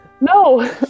No